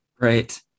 right